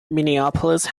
minneapolis